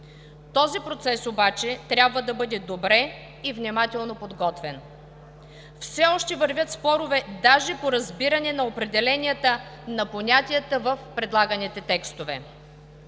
Този процес обаче трябва да бъде добрe и внимателно подготвен. Все още вървят спорове даже по разбирането на определенията на понятията в предлаганите текстове.